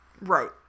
right